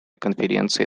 конференции